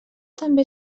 també